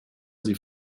sie